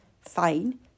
Fine